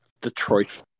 Detroit